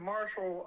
Marshall